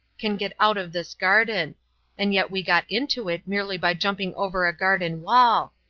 can get out of this garden and yet we got into it merely by jumping over a garden wall.